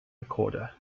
recorder